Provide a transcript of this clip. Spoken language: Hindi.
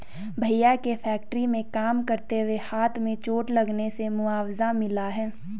भैया के फैक्ट्री में काम करते हुए हाथ में चोट लगने से मुआवजा मिला हैं